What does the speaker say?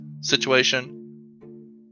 situation